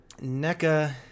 NECA